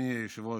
אדוני היושב-ראש,